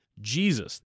Jesus